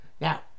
Now